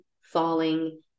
falling